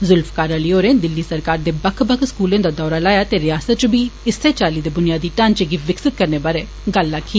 जुल्फकार होरें दिल्ली सरकार दे बक्ख बक्ख स्कूलें दा दौरा लाया ते रिआसता च बी इस्सै चाल्ली दे बुनियादी ढांचे गी विकसित करने बारे गल्ल आक्खी